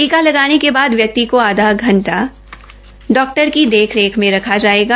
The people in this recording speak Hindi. टीका लगाने के बाद व्यक्ति को आधा घंटा डाक्टर की देख रेख रखा जायेगा